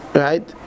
right